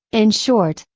in short,